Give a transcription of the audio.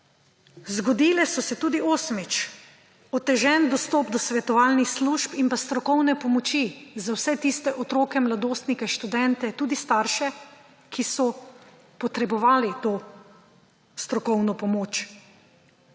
Zgodil se je tudi, osmič, otežen dostop do svetovalnih služb in pa strokovne pomoči za vse tiste otroke, mladostnike, študente, tudi starše, ki so potrebovali to strokovno pomoč.